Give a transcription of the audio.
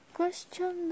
Question